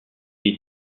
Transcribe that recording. est